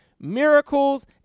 miracles